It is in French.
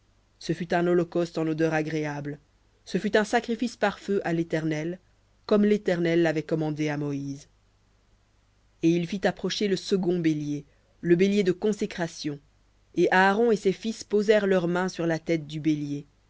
ce fut un holocauste en odeur agréable ce fut un sacrifice par feu à l'éternel comme l'éternel l'avait commandé à moïse et il fit approcher le second bélier le bélier de consécration et aaron et ses fils posèrent leurs mains sur la tête du bélier